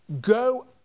go